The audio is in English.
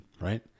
right